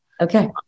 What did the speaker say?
Okay